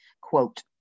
Quote